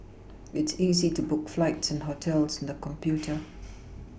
it's easy to book flights and hotels on the computer